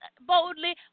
boldly